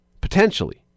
potentially